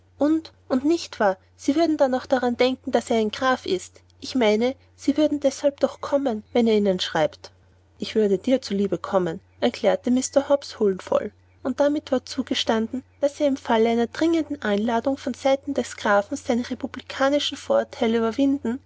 und nicht wahr sie würden dann nicht daran denken daß er ein graf ist ich meine sie würden deshalb doch kommen wenn er ihnen schreibt ich würde dir zuliebe kommen erklärte mr hobbs huldvoll und damit war zugestanden daß er im falle einer dringenden einladung von seiten des grafen seine republikanischen vorurteile überwinden